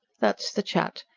that's the chat.